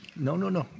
no, no, no.